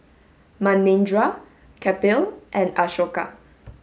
Manindra Kapil and Ashoka